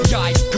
Guys